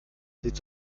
sieht